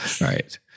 Right